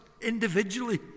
individually